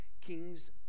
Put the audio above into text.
kings